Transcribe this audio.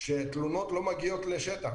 שתלונות לא מגיעות לשטח.